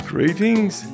Greetings